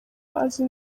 azi